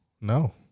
No